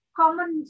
common